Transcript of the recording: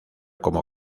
como